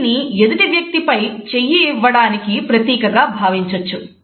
దీన్ని ఎదుటి వ్యక్తికి పై చెయ్యి ఇవ్వడానికి ప్రతీకగా భావించవచ్చు